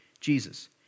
Jesus